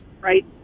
Right